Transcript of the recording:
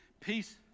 Peace